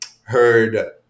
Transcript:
heard